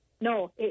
No